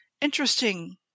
interesting